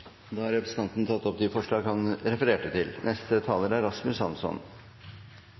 Da har representanten Heikki Eidsvoll Holmås tatt opp de forslagene han refererte til. Elbilpolitikk er